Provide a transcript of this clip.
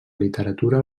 literatura